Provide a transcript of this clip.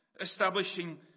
establishing